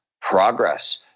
progress